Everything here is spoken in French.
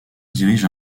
dirige